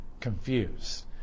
Confused